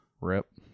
Rip